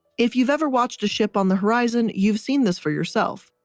if you've ever watched a ship on the horizon, you've seen this for yourself.